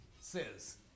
says